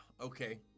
Okay